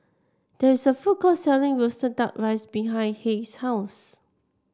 there is a food court selling roasted duck rice behind Hays' house